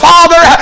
Father